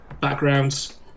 backgrounds